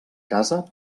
casa